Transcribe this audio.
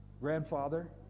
Grandfather